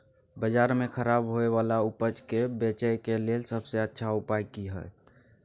बाजार में खराब होय वाला उपज के बेचय के लेल सबसे अच्छा उपाय की हय?